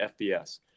FBS